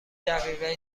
دقیقه